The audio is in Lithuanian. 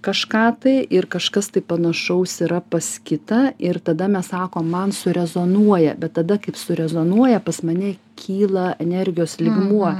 kažką tai ir kažkas tai panašaus yra pas kitą ir tada mes sakom man surezonuoja bet tada kaip surezonuoja pas mane kyla energijos lygmuo